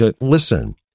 Listen